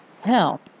help